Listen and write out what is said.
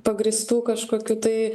pagrįstų kažkokių tai